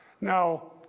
Now